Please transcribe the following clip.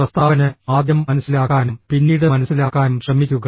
പ്രസ്താവനഃ ആദ്യം മനസ്സിലാക്കാനും പിന്നീട് മനസ്സിലാക്കാനും ശ്രമിക്കുക